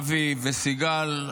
אבי וסיגל.